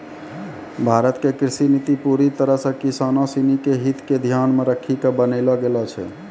भारत के कृषि नीति पूरी तरह सॅ किसानों सिनि के हित क ध्यान मॅ रखी क बनैलो गेलो छै